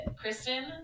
Kristen